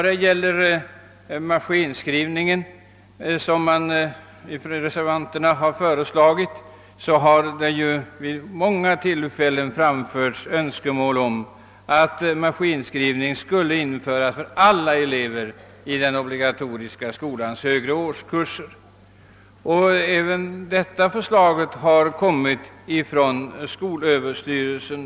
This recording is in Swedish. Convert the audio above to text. Beträffande maskinskrivningen har det ju vid många tillfällen framförts önskemål om att denna undervisning skulle införas för alla elever i den obligatoriska skolans högre årskurser, och i reservationen 5 reser vi ånyo förslag härom. Också det förslaget emanerar från skolöverstyrelsen.